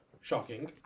shocking